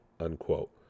unquote